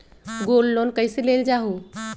Gold loan कईसे लेल जाहु?